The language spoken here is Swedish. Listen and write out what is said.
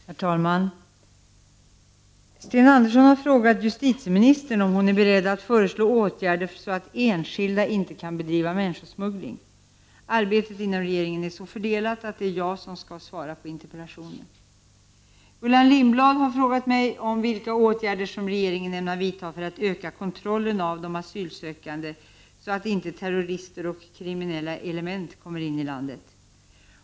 Herr talman! Sten Andersson i Malmö har frågat justitieministern om hon är beredd att föreslå åtgärder, så att enskilda inte kan bedriva människosmuggling. Arbetet inom regeringen är så fördelat att det är jag som skall svara på interpellationen. Gullan Lindblad har frågat mig vilka åtgärder regeringen ämnar vidta för att öka kontrollen av de asylsökande, så att inte terrorister och kriminella element kommer in i landet.